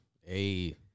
Hey